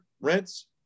rents